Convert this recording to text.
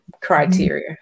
criteria